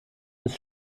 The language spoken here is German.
ist